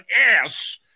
ass